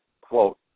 quote